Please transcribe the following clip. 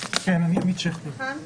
ה"פייק ניוז" והפגיעה הכרוכה בזכויות אדם.